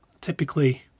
typically